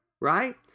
right